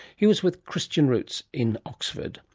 he was with christian rutz in oxford.